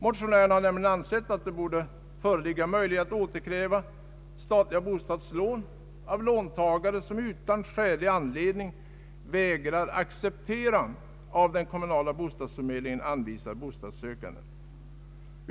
Motionärerna har nämligen ansett att det bör föreligga möjligheter att återkräva statligt bostadslån av låntagare som utan skälig anledning vägrar acceptera av den kommunala förmediingen anvisad bostadssökande.